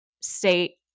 state